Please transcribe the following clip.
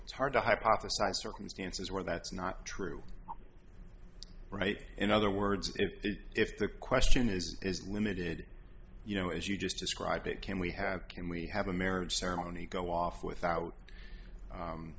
it's hard to hypothesize circumstances where that's not true right in other words if the question is is limited you know as you just described it can we have can we have a marriage ceremony go off without